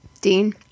Dean